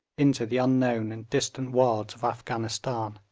into the unknown and distant wilds of afghanistan.